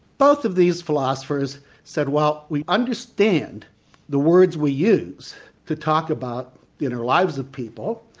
both of these philosophers said, well we understand the words we use to talk about inner lives of people,